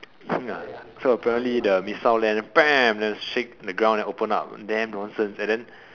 so apparently the missile land then then shake the ground then open up damn nonsense and then